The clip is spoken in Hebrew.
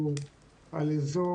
אנחנו באזור